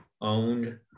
owned